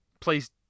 Please